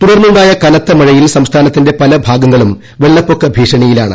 തുടർന്നുണ്ടായ കനത്ത മഴയിൽ സംസ്ഥാനത്തിന്റെ പല ഭാഗങ്ങളും വെള്ളപ്പൊക്ക് ഭൂഷ്ണിയിലാണ്